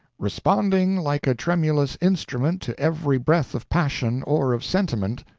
responding like a tremulous instrument to every breath of passion or of sentiment,